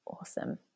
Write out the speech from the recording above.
awesome